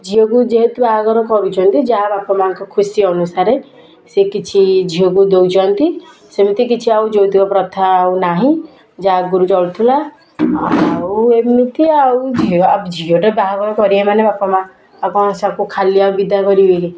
ଝିଅକୁ ଯେହେତୁ ବାହାଘର କରୁଛନ୍ତି ଯାହା ବାପା ମାଆଙ୍କ ଖୁସି ଅନୁସାରେ ସିଏ କିଛି ଝିଅକୁ ଦେଉଛନ୍ତି ସେମିତି କିଛି ଆଉ ଯୌତୁକ ପ୍ରଥା ଆଉ ନାହିଁ ଯାହା ଆଗରୁ ଚଳୁଥୁଲା ଆଉ ଏମିତି ଆଉ ଝିଅ ଆଉ ଝିଅଟେ ବାହାଘର କରିବେ ମାନେ ବାପା ମାଆ ଆଉ କଣ ସବୁ ଖାଲି ଆଉ ବିଦା କରିବେ କି